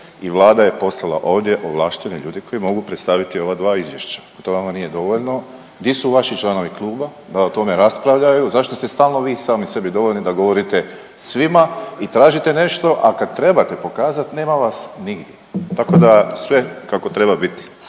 i Vlada je poslala ovdje ovlaštene ljude koji mogu predstaviti ova dva izvješća. To vama nije dovoljno. Di su vaši članovi kluba da o tome raspravljaju? Zašto ste stalno vi sami sebi dovoljni da govorite svima i tražite nešto, a kad trebate pokazati nema vas nigdje. Tako da sve kako treba biti.